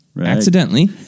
accidentally